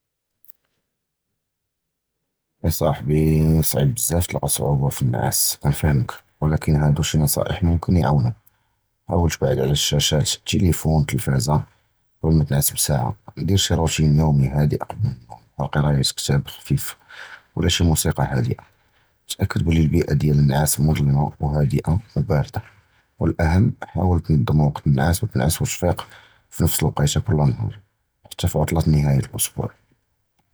אָצַחְבִּי צְעִיב בְּזַאפ תִּלְקָא صְעוּבּ פִי נְעָאס, קִנְפְהַם כִּינְתִי, וְלָקִין הַדִּי שִי נְצִיחָאתִי מֻכְתַר יְעַאוּנוּכּ, חַאווּל תִבְעִיד עַלַהָא שַּׁאשָּׁאט אִל-טֵלִיפוֹן וְהַטֵלְוִיזְיָה קִבְּלְ מַאת נִנֻוּד בְּסַאַעַה, דִיר שִי רוּטִין יוֹמִי חַאדִיאָה קִבְּלְ נְעָאס כְּחַל קִרְאַאת כִּתָּאב חַפִיפ וְלָא שִי מוּסִיקָא חַאדִיאָה, תַּאֻכֵּד בְּלִי אִל-בִּי'אַה דִיַּל נְעָאס מֻזְלִימָה חַאדִיאָה וּבָּארִידָה, וְהָאֻחַּם חַאווּל תִנְזַםּ זְמַן נְעָאס וְתִנֻוּד וְתִפִיק פִי נַפְס אֶל-וַקְתָּה כּּוּל נַהָאר חַתִּי פִי עֻטְלַת נְהַאיַת אַל-אוּסְבוּע.